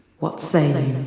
what say